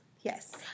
Yes